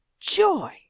joy